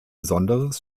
besonderes